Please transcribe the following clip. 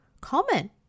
common